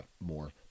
more